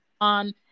on